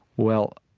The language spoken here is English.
well,